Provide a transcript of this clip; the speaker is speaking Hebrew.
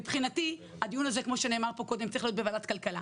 מבחינתי הדיון הזה צריך להיות בוועדת הכלכלה.